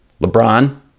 LeBron